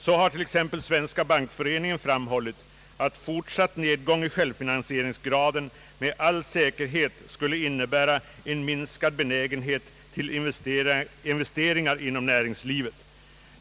Så har t.ex. Sparbanksföreningen framhållit att fortsatt nedgång i självfinansieringsgraden med all säkerhet skulle innebära en minskad benägenhet till investeringar inom näringslivet.